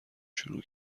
شروع